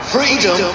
Freedom